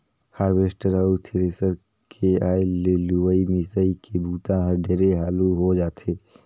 harvester अउ thresher के आए ले लुवई, मिंसई के बूता हर ढेरे हालू हो जाथे